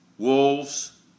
Wolves